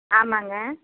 ஆமாம்ங்க